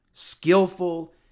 Skillful